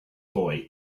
boy